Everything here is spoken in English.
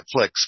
Netflix